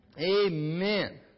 Amen